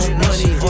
money